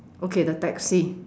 okay the taxi